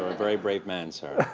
very brave man, sir.